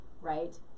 right